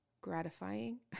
gratifying